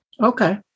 Okay